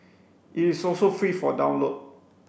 it is also free for download